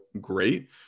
great